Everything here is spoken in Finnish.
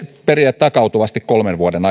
periä takautuvasti kolmen vuoden